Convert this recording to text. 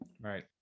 Right